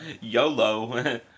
YOLO